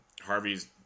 Harvey's